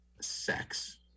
Sex